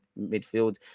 midfield